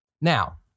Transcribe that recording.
Now